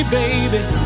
baby